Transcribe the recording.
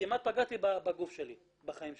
כמעט פגעתי בחיים שלי.